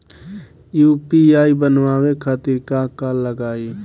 UPI बनावे खातिर का का लगाई?